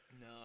No